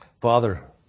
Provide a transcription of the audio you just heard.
Father